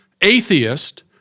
atheist